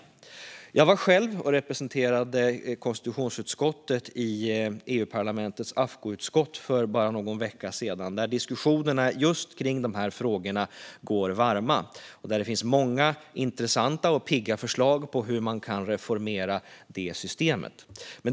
Jag var själv för bara någon vecka sedan och representerade konstitutionsutskottet i EU-parlamentets AFCO-utskott, där diskussionerna om dessa frågor går varma och där det finns många intressanta och pigga förslag på hur systemet kan reformeras.